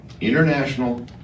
international